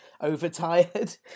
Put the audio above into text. overtired